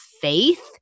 faith